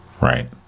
Right